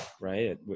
right